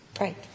Right